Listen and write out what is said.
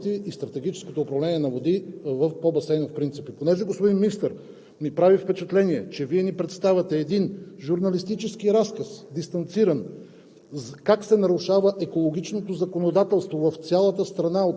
се решава чрез Рамковата директива за управление на водите и стратегическото управление на води в басейните по принцип. Понеже, господин Министър, ми прави впечатление, че Вие ни представяте един журналистически разказ – дистанциран,